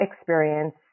experience